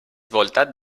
voltat